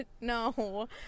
no